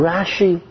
Rashi